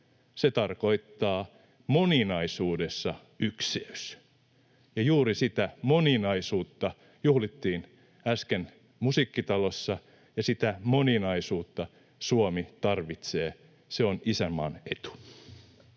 Se tarkoittaa: moninaisuudessa ykseys. Ja juuri sitä moninaisuutta juhlittiin äsken Musiikkitalossa, ja sitä moninaisuutta Suomi tarvitsee. Se on isänmaan etu.